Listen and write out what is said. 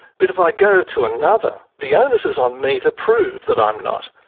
but if i go to another, the onus is on me to prove that i'm not.